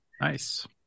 nice